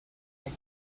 next